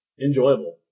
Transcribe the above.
Enjoyable